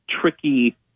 tricky